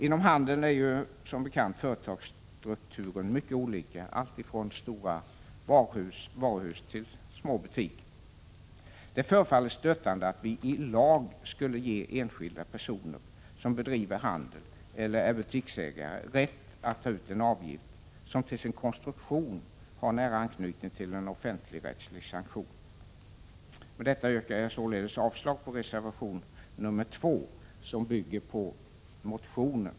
Inom handeln är som bekant företagsstrukturen mycket olika, alltifrån stora varuhus till små butiker. Det förefaller stötande att vi i lag skulle ge enskilda personer, som bedriver handel eller är butiksägare, rätt att ta ut en avgift som till sin konstruktion har nära anknytning till en offentligrättslig sanktion. Med detta yrkar jag således avslag på reservation nr 2, som bygger på motionen.